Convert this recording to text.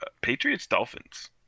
Patriots-Dolphins